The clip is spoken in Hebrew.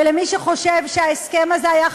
ולמי שחושב שההסכם הזה היה חשוב,